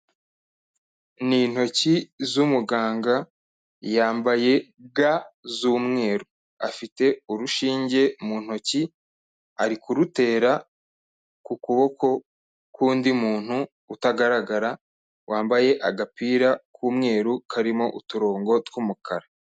Ni intoki z'umuganga yambaye ga z'umweru, afite urushinge mu ntoki ari kurutera ku kuboko k'undi muntu utagaragara wambaye agapira k'umweru karimo uturongo tw'umukara.